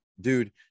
dude